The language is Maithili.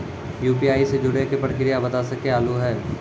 यु.पी.आई से जुड़े के प्रक्रिया बता सके आलू है?